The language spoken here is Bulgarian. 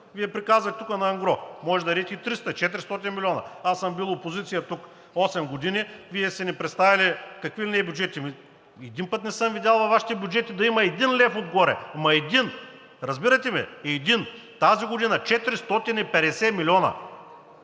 Вие приказвате тука на ангро. Може да дадете и 300, 400 милиона. Аз съм бил опозиция тук осем години и Вие сте ни представяли какви ли не бюджети. Един път не съм видял във Вашите бюджети да има един лев отгоре. Ама един! Разбирате ли ме? Един! Тази година са 450 милиона.